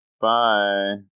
Bye